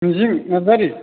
मिजिं नारजारि